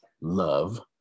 love